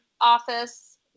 office